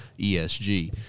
ESG